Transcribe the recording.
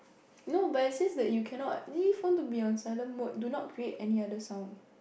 no but it says that you can not there phone to be on silent mode do not create any other sound